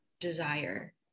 desire